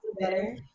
better